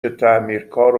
تعمیرکار